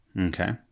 Okay